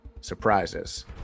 surprises